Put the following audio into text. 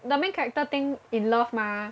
the main character think in love mah